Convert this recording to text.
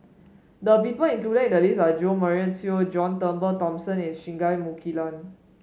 the people included in the list are Jo Marion Seow John Turnbull Thomson and Singai Mukilan